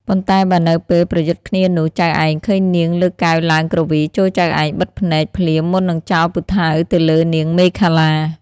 ប៉ុន្តែបើនៅពេលប្រយុទ្ធគ្នានោះ ចៅឯងឃើញនាងលើកកែវឡើងគ្រវី ចូរចៅឯងបិទភ្នែកភ្លាមមុននឹងចោលពូថៅទៅលើនាងមេខលា។